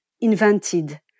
invented